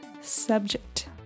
subject